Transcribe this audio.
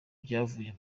byavuye